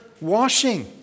washing